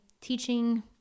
teaching